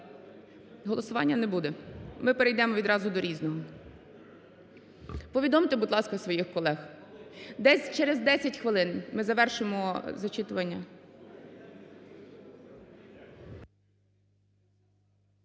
Голосування не буде. Ми перейдемо відразу до "різного". Повідомте, будь ласка, своїх колег. Десь через 10 хвилин ми завершимо зачитування.